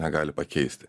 negali pakeisti